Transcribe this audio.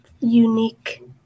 unique